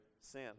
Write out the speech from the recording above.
sin